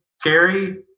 scary